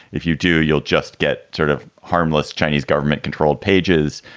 if you do, you'll just get sort of harmless chinese government controlled pages.